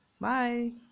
bye